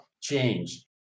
change